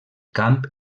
camp